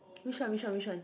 which one which one which one